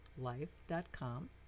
life.com